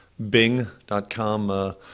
Bing.com